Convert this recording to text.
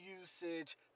usage